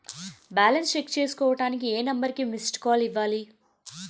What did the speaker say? Balance check చేసుకోవటానికి ఏ number కి మిస్డ్ కాల్ ఇవ్వాలి?